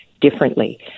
differently